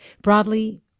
Broadly